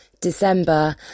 december